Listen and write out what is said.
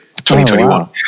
2021